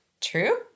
true